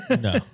No